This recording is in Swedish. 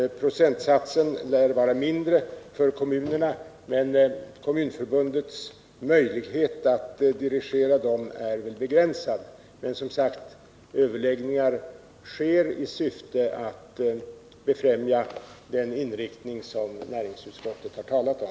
Procentsatsen lär vara mindre för kommunerna, men Kommunförbundets möjlighet att dirigera inköpen är begränsad. Men överläggningar sker som sagt i syfte att befrämja den inriktning som näringsutskottet har talat om.